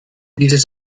dieses